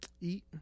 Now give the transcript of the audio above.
eat